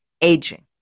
aging